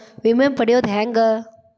ವಿಮೆ ಪಡಿಯೋದ ಹೆಂಗ್?